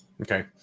okay